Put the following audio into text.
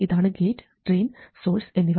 ഇതാണ് gate drain source എന്നിവ